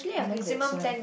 maybe that's why